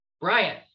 Brian